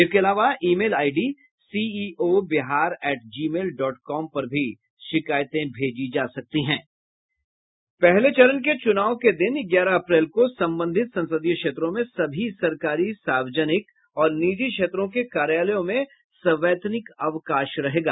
इसके अलावा email ID CEO Bihar at Gmail dot com पर भी शिकायतें भेजी जा सकती हैं पहले चरण के चूनाव के दिन ग्यारह अप्रैल को संबंधित संसदीय क्षेत्रों में सभी सरकारी सार्वजनिक और निजी क्षेत्रों के कार्यालयों में सवैतनिक अवकाश रहेगा